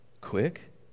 Quick